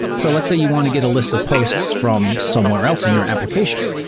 so let's say you want to get a list of posts from somewhere else in your application.